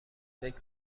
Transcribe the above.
فکر